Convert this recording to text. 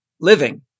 living